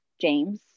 James